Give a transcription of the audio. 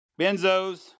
benzos